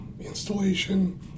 installation